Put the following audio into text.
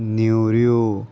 नेवऱ्यो